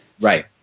Right